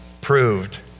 Proved